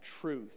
truth